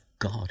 god